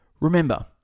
Remember